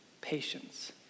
Patience